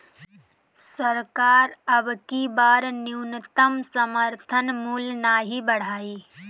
सरकार अबकी बार न्यूनतम समर्थन मूल्य नाही बढ़ाई